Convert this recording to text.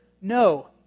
No